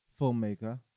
filmmaker